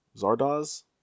Zardoz